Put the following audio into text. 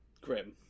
grim